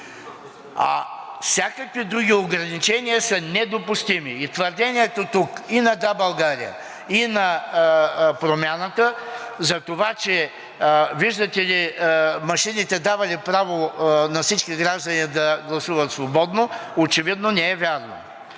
всякакви други ограничения са недопустими. И твърдението тук и на „Да, България“, и на Промяната, че, виждате ли, машините давали право на всички граждани да гласуват свободно, очевидно не е вярно.